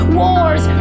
wars